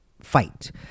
fight